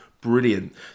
brilliant